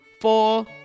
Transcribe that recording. four